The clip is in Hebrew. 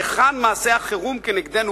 היכן מעשי החירום נגדנו,